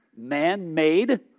Man-made